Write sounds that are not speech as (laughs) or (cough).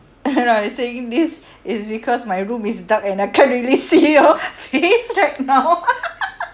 (laughs) oh no I'm saying this is because my room is dark and I can't really see your face right now (laughs)